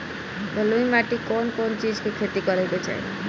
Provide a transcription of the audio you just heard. बलुई माटी पर कउन कउन चिज के खेती करे के चाही?